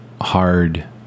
hard